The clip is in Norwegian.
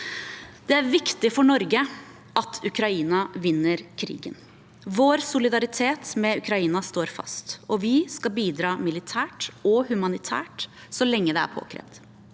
Det er viktig for Norge at Ukraina vinner krigen. Vår solidaritet med Ukraina står fast, og vi skal bidra militært og humanitært så lenge det er påkrevd.